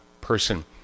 person